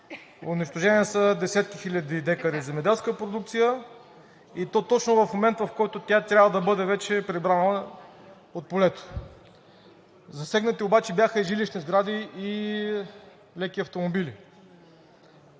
Унищожени са десетки хиляди декари земеделска продукция, и то точно в момент, в който тя трябва да бъде вече прибрана от полето. Засегнати обаче бяха и жилищни сгради, и леки автомобили.